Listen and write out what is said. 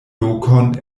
lokon